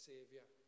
Savior